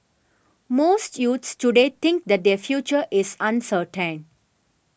most youths today think that their future is uncertain